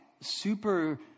super